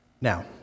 Now